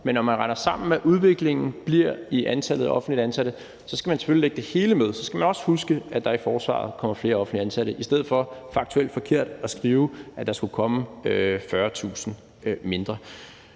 Men når man regner sammen, hvad udviklingen bliver i antallet af offentligt ansatte, så skal man selvfølgelig tage det hele med, og så skal man også huske, at der i forsvaret kommer flere offentligt ansatte, i stedet for faktuelt forkert at skrive, at der skulle blive 40.000 færre.